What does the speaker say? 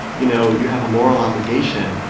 you know, you have a moral obligation,